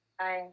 hi